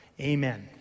Amen